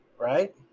right